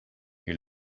who